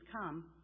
come